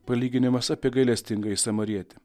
palyginimas apie gailestingąjį samarietį